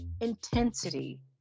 intensity